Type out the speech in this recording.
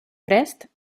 prest